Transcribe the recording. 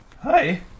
Hi